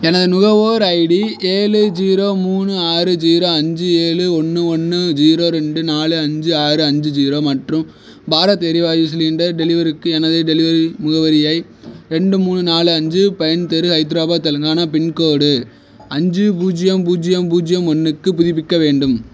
எனது நுகர்வோர் ஐடி ஏழு ஜீரோ மூணு ஆறு ஜீரோ அஞ்சு ஏழு ஒன்று ஒன்று ஜீரோ ரெண்டு நாலு அஞ்சு ஆறு அஞ்சி ஜீரோ மற்றும் பாரத் எரிவாயு சிலிண்டர் டெலிவரிக்கு எனது டெலிவரி முகவரியை ரெண்டு மூணு நாலு அஞ்சு பைன் தெரு ஹைதராபாத் தெலுங்கானா பின்கோடு அஞ்சு பூஜ்ஜியம் பூஜ்ஜியம் பூஜ்ஜியம் ஒன்றுக்கு புதுப்பிக்க வேண்டும்